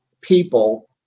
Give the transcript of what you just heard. people